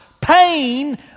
pain